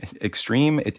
extreme